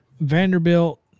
Vanderbilt